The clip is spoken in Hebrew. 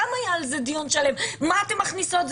גם היה על זה דיון שלם למה אנחנו מכניסות,